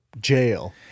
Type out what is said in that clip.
jail